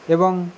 ଏବଂ